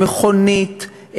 מכונית,